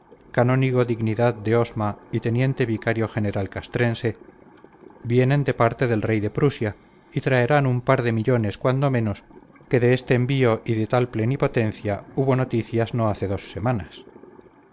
canónigo dignidad de osma y teniente vicario general castrense vienen de parte del rey de prusia y traerán un par de millones cuando menos que de este envío y de tal plenipotencia hubo noticias no hace dos semanas